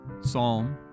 Psalm